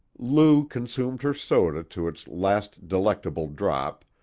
lou consumed her soda to its last delectable drop,